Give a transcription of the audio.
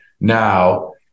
now